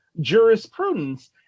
jurisprudence